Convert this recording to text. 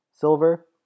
Silver